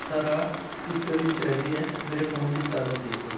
Sarah ਕਿਸ ਗਲੀ ਵਿਚ ਰਹਿੰਦੀ ਹੈ ਮੇਰੇ ਫ਼ੋਨ ਦੀ ਕਿਤਾਬ ਵਿੱਚ ਦੇਖੋ